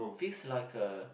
this like a